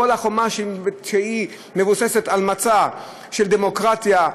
כל החומה שמבוססת על מצע של דמוקרטיה,